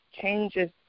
changes